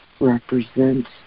represents